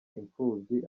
impfubyi